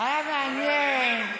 היה מעניין,